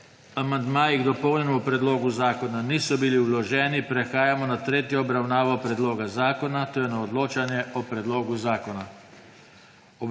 amandmaji k dopolnjenemu predlogu zakona niso bili vloženi, prehajamo na tretjo obravnavo predloga zakona, to je na odločanje o predlogu zakona.